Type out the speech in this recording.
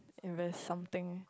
invest something